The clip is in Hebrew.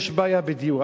יש בעיה בדיור,